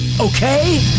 Okay